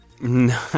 No